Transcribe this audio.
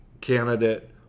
candidate